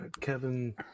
Kevin